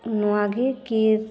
ᱱᱚᱣᱟᱜᱮ ᱠᱤ